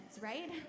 right